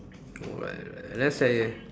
what let's say